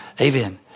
Amen